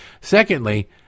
Secondly